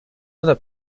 other